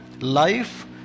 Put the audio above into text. life